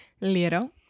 Little